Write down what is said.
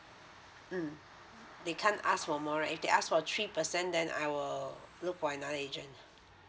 mm they can't ask for more right if they ask for three percent then I will look for another agent